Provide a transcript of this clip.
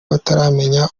bataramenya